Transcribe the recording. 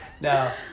No